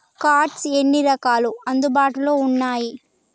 Cards ఎన్ని రకాలు అందుబాటులో ఉన్నయి?